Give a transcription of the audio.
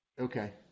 Okay